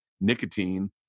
nicotine